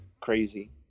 Crazy